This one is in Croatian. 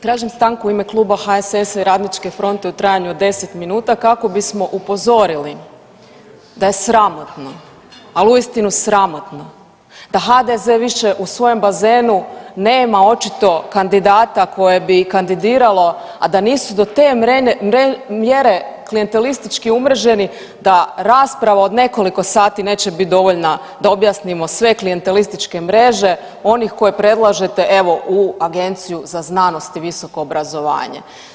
Tražim stanku u ime Kluba HSS-a i RF-a u trajanju od 10 minuta kako bismo upozorili da je sramotno, al uistinu sramotno da HDZ više u svojem bazenu nema očito kandidata koje bi kandidiralo, a da nisu do te mjere klijentelistički umreženi da rasprava od nekoliko sati neće bit dovoljna da objasnimo sve klijentelističke mreže onih koje predlažete evo u Agenciju za znanost i visoko obrazovanje.